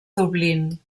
dublín